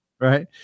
right